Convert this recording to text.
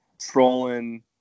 trolling